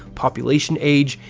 population age,